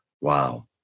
Wow